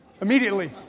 immediately